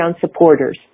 supporters